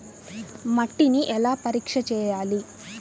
మట్టిని ఎలా పరీక్ష చేయాలి?